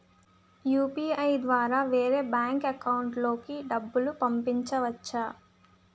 UPI ద్వారా వేరే bank account లోకి డబ్బులు పంపించవచ్చా?